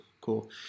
Cool